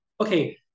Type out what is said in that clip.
okay